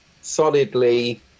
solidly